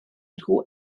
nhw